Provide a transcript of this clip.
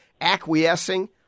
acquiescing